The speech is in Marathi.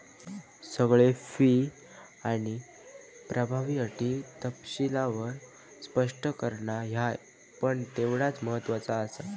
सगळे फी आणि प्रभावी अटी तपशीलवार स्पष्ट करणा ह्या पण तेवढाच महत्त्वाचा आसा